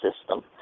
system